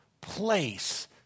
place